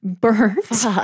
burnt